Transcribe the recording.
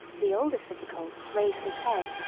the oldest of the colts raised his head,